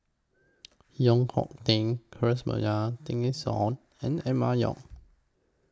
Koh Teng Tessensohn and Emma Yong